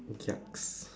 yucks